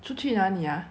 出去哪里 ah